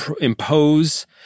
impose